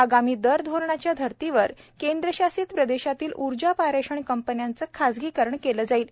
आगामी दरधोरणाच्या धर्तीवर केंद्रशासित प्रदेशातील ऊर्जा पारेषण कंपन्यांचे खाजगीकरण केले जाईल